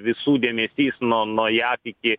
visų dėmesys nuo nuo jav iki